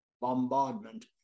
bombardment